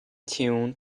tune